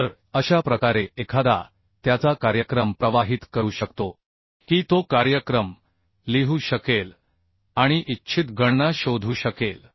तर अशा प्रकारे एखादा त्याचा कार्यक्रम प्रवाहित करू शकतो की तो कार्यक्रम लिहू शकेल आणि इच्छित गणना शोधू शकेल